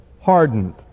hardened